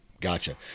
Gotcha